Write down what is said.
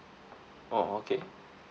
oh okay